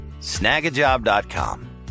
snagajob.com